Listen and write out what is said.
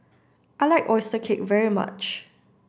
I like oyster cake very much